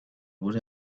would